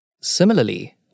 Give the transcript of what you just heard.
Similarly